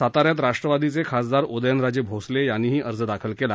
सातान्यात राष्ट्रवादीचे खासदार उदयनराजे भोसले यांनीही अर्ज दाखल केला